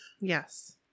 Yes